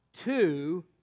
two